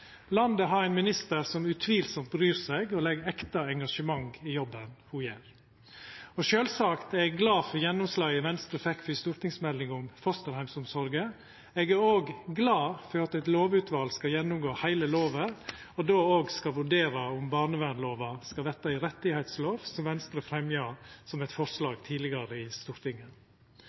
Landet har ein minister som utvilsamt bryr seg, og som legg ekte engasjement i jobben ho gjer. Og sjølvsagt er eg glad for gjennomslaget Venstre fekk i stortingsmeldinga om fosterheimsomsorga. Eg er òg glad for at eit lovutval skal gjennomgå heile lova, og då òg skal vurdera om barnevernslova skal verta ei rettslov, som Venstre tidlegare fremja som eit forslag i Stortinget.